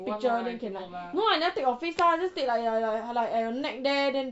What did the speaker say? picture then can like no I never take your face lah just take like like like at your neck there then